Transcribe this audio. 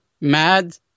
mad